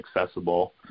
accessible